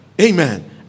amen